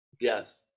Yes